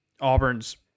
Auburn's